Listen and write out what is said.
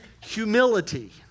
humility